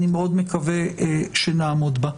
ואני מאוד מקווה שנעמוד בה.